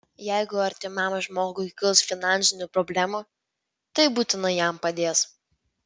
jeigu artimam žmogui kils finansinių problemų tai būtinai jam padės